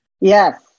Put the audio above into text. yes